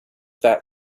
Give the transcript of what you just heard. that